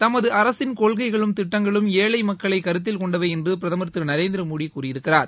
தமது அரசின் கொள்கைகளும் திட்டங்களும் ஏழை மக்களை கருத்தில் கொண்டவை என்று பிரதமர் திரு நரேந்திர மோடி கூறியிருக்கிறார்